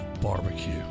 Barbecue